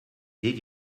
did